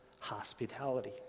hospitality